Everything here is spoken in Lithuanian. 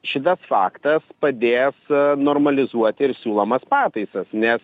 šitas faktas padės normalizuoti ir siūlomas pataisas nes